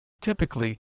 Typically